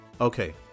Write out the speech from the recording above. Okay